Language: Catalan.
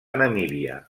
namíbia